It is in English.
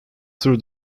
through